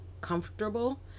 comfortable